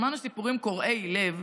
שמענו סיפורים קורעי לב,